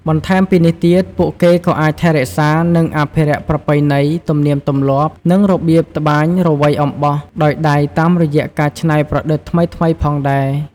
បន្ថែមពីនេះទៀត ពួកគេក៏អាចថែរក្សា និងអភិរក្សប្រពៃណី ទំនៀមទំលាប់ និងរបៀបត្បាញរវៃអំបោះដោយដៃ តាមរយៈការច្នៃប្រឌិតថ្មីៗផងដែរ។